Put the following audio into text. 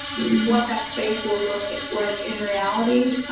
what that space will look like in reality.